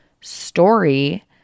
story